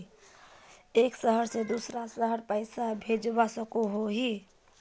एक शहर से दूसरा शहर पैसा भेजवा सकोहो ही?